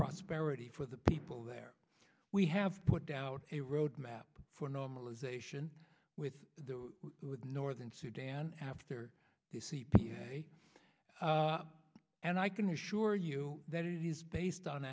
prosperity for the people there we have put out a roadmap for normalization with the northern sudan after the c p a and i can assure you that it is based on